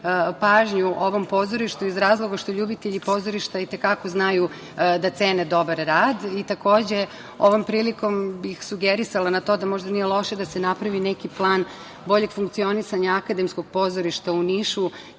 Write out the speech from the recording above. pažnju ovom pozorištu iz razloga što ljubitelji pozorišta i te kako znaju da cene dobar rad. Takođe, ovom prilikom bih sugerisala na to da možda nije loše da se napravi neki plan boljeg funkcionisanja Akademskog pozorišta u Nišu.